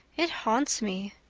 it haunts me.